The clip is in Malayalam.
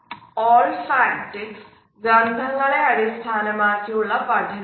ഓൾഫാക്റ്റിക്സ് ഗന്ധങ്ങളെ അടിസ്ഥാനമാക്കി ഉള്ള പഠനം ആണ്